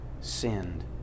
sinned